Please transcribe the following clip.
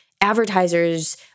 advertisers